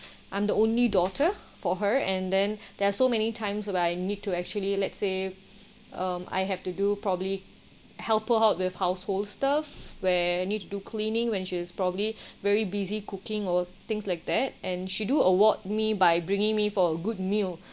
I'm the only daughter for her and then there are so many times but I need to actually let's say um I have to do probably helps her out with household stuff where you need to do cleaning when she was probably very busy cooking or things like that and she do award me by bringing me for a good meal